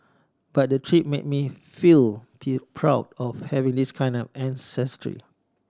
but the trip made me feel P proud of having this kind of ancestry